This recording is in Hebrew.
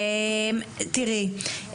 תראי,